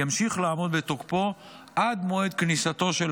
ימשיך לעמוד בתוקפו עד מועד כניסתו של